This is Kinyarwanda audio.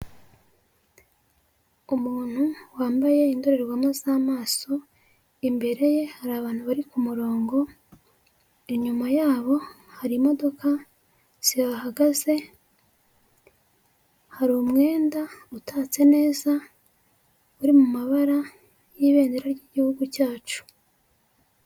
Umuntu wambaye indorerwamo z'amaso, imbere ye hari abantu bari ku murongo, inyuma yabo hari imodoka zihahagaze, hari umwenda utatse neza, uri mu mabara y'ibendera ry'igihugu cyacu.